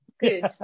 Good